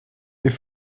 est